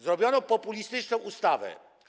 Zrobiono populistyczną ustawę.